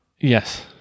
Yes